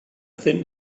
thin